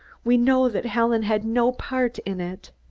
we know that helen had no part in it.